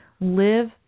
live